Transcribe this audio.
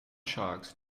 sharks